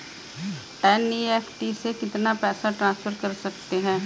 NEFT से कितना पैसा ट्रांसफर कर सकते हैं?